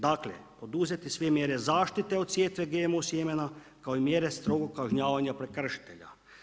Dakle, poduzeti sve mjere zaštite od sjetve GMO sjemena kao i mjere strogog kažnjavanja prekršitelja.